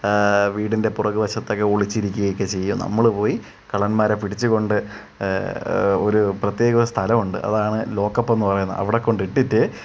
വീടിൻറെ പുറകുവശത്തെക്കെ ഒളിച്ചിരിക്കുകയൊക്കെ ചെയ്യും നമ്മൾ പോയി കള്ളന്മാരെ പിടിച്ച് കൊണ്ട് ഒരു പ്രത്യേക സ്ഥലമുണ്ട് അതാണ് ലോക്കപ്പന്ന് പറയുന്നത് അവടെക്കൊണ്ടിട്ടിട്ട്